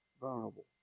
vulnerable